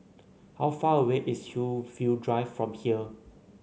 how far away is Hillview Drive from here